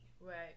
Right